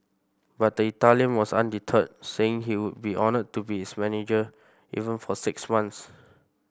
but the Italian was undeterred saying he would be honoured to be its manager even for six months